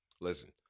listen